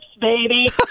baby